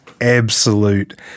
absolute